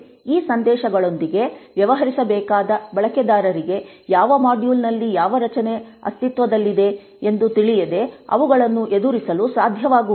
ಈ ಸಂದೇಶಗಳೊಂದಿಗೆ ವ್ಯವಹರಿಸಬೇಕಾದ ಬಳಕೆದಾರರಿಗೆ ಯಾವ ಮಾಡ್ಯೂಲ್ನಲ್ಲಿ ಯಾವ ರಚನೆ ಅಸ್ತಿತ್ವದಲ್ಲಿದೆ ಎಂದು ತಿಳಿಯದೆ ಅವುಗಳನ್ನು ಎದುರಿಸಲು ಸಾಧ್ಯವಾಗುವುದಿಲ್ಲ